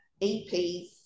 EPs